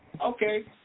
Okay